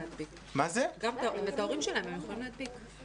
גם את ההורים שלהם הם יכולים להדביק.